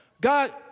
God